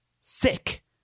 Sick